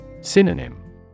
Synonym